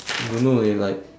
I don't know eh like